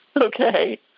Okay